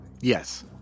Yes